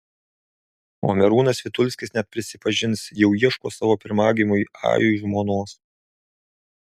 o merūnas vitulskis net prisipažins jau ieško savo pirmagimiui ajui žmonos